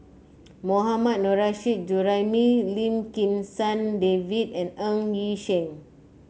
Mohammad Nurrasyid Juraimi Lim Kim San David and Ng Yi Sheng